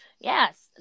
Yes